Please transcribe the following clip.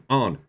on